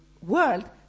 world